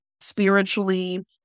spiritually